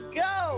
go